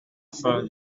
fin